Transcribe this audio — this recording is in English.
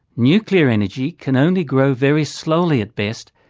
nuclear energy can only grow very slowly at best,